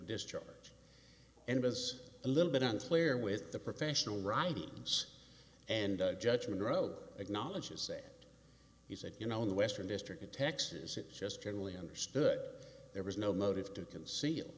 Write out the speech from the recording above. discharge and was a little bit unclear with the professional writing us and judgment road acknowledges that he said you know in the western district in texas it's just generally understood there was no motive to conceal